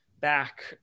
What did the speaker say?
back